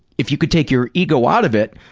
if you could take your ego out of it,